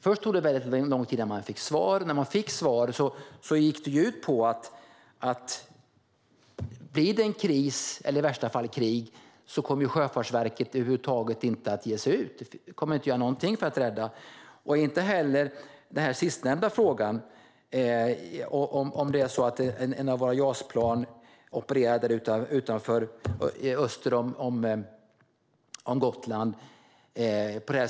Först tog det väldigt lång tid innan man fick svar, och när man fick svar gick det ut på att om det blir en kris eller i värsta fall krig kommer Sjöfartsverket över huvud taget inte att ge sig ut. De kommer inte att göra någonting för att rädda, inte heller i det sistnämnda scenariot där ett av våra JAS-plan opererar öster om Gotland.